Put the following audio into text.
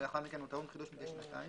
ולאחר מכן הוא טעון חידוש מדי שנתיים,